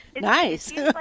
Nice